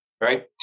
right